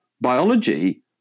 biology